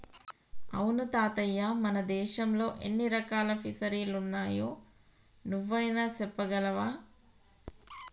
అవును తాతయ్య మన దేశంలో ఎన్ని రకాల ఫిసరీలున్నాయో నువ్వైనా సెప్పగలవా